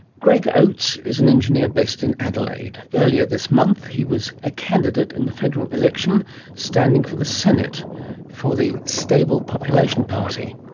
greg oates is an engineer based in adelaide. earlier this month he was a candidate in the federal election standing for the senate for the stable population party.